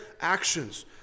actions